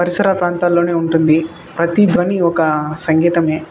పరిసర ప్రాంతాలలోనే ఉంటుంది ప్రతిద్వని ఒక సంగీతమే